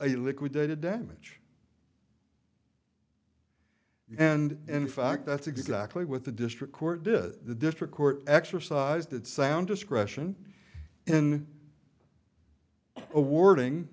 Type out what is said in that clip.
a liquidated damage and in fact that's exactly what the district court did the district court exercised its sound discretion in awarding